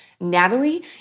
Natalie